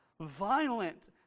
Violent